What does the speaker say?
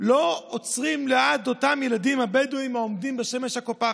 לא עוצרים ליד אותם ילדים בדואים שעומדים בשמש הקופחת.